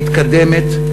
מתקדמת,